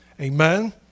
amen